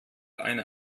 eine